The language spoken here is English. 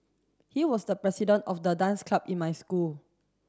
he was the president of the dance club in my school